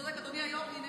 צודק, אדוני היושב-ראש.